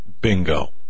Bingo